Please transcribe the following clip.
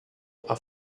are